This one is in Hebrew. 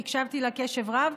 הקשבתי לה בקשב רב,